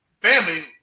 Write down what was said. family